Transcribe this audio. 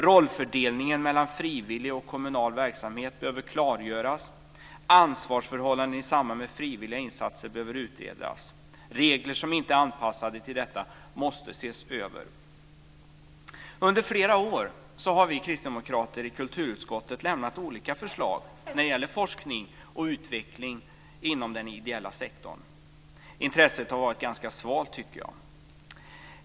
Rollfördelningen mellan frivillig och kommunal verksamhet behöver klargöras. Ansvarsförhållanden i samband med frivilliga insatser behöver utredas. Regler som inte är anpassade till detta måste ses över. Under flera år har vi kristdemokrater i kulturutskottet lämnat olika förslag när det gäller forskning och utveckling inom den ideella sektorn. Intresset har varit ganska svagt, tycker jag.